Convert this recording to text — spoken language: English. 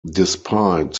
despite